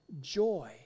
joy